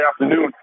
afternoon